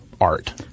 art